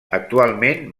actualment